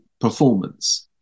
performance